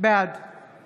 בעד